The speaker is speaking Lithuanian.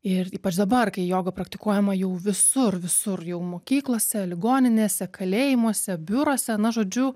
ir ypač dabar kai joga praktikuojama jau visur visur jau mokyklose ligoninėse kalėjimuose biuruose na žodžiu